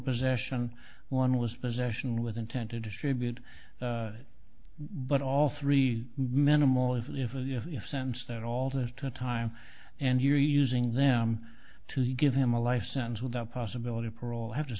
possession one was possession with intent to distribute but all three minimal is in for the sense that all the time and you using them to give him a life sentence without possibility of parole have to